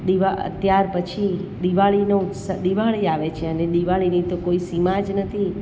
ત્યારપછી દિવાળીનું દિવાળી આવે છે અને દિવાળીની તો કોઈ સીમા જ નથી